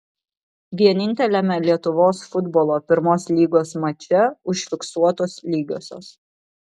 vieninteliame lietuvos futbolo pirmos lygos mače užfiksuotos lygiosios